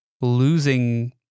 losing